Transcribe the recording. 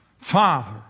Father